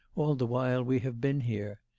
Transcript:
all the while we have been here.